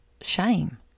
shame